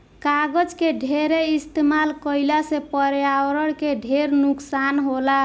कागज के ढेर इस्तमाल कईला से पर्यावरण के ढेर नुकसान होला